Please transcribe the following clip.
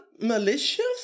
malicious